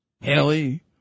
Haley